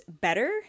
better